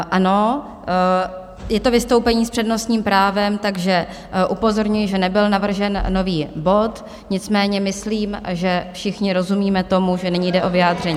Ano, je to vystoupení s přednostním právem, takže upozorňuji, že nebyl navržen nový bod, nicméně myslím, že všichni rozumíme tomu, že nyní jde o vyjádření.